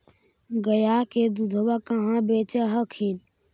गया के दूधबा कहाँ बेच हखिन?